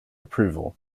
approval